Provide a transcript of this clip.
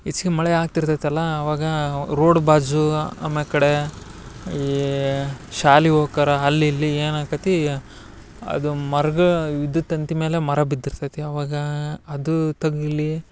ಹೆಚ್ಗಿ ಮಳೆ ಆಗ್ತಿರ್ತೈತಲ್ಲ ಅವಾಗ ರೋಡ್ ಬಾಜು ಆಮೇಕಡೆ ಈ ಶಾಲೆ ಹೋಓಕ್ಕಕರ ಅಲ್ಲಿ ಇಲ್ಲಿ ಏನಾಕತಿ ಅದು ಮರ್ಗ ವಿದ್ಯುತ್ ತಂತಿ ಮೇಲೆ ಮರ ಬಿದ್ದಿರ್ತೈತಿ ಅವಾಗಾ ಅದು ತಗುಲಿ